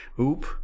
Oop